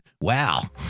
Wow